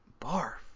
BARF